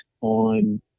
on